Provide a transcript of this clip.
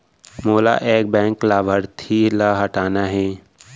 मोला एक बैंक लाभार्थी ल हटाना हे?